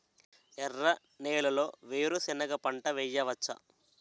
ఎర్ర నేలలో వేరుసెనగ పంట వెయ్యవచ్చా?